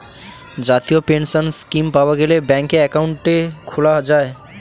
জাতীয় pension scheme পাওয়া গেলে ব্যাঙ্কে একাউন্ট খোলা যায়